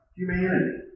humanity